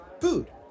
food